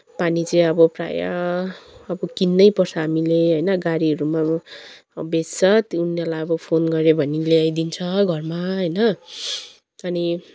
पानी चाहिँ अब प्रायः अब किन्नै पर्छ हामीले होइन गाडीहरूमा अब बेच्छ त्यो उनीहरूलाई अब फोन गर्यो भने ल्याइदिन्छ घरमा होइन अनि